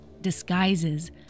disguises